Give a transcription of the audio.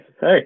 Hey